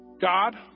God